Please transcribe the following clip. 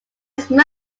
smell